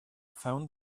found